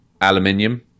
aluminium